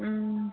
اۭں